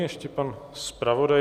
Ještě pan zpravodaj.